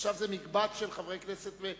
עכשיו זה מקבץ של חברי כנסת.